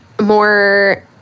more